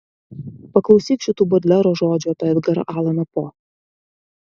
paklausyk šitų bodlero žodžių apie edgarą alaną po